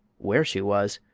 where she was,